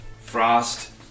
Frost